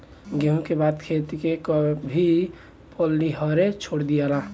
गेंहू के बाद खेत के कभी पलिहरे छोड़ दियाला